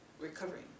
recovering